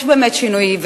יש באמת שינוי,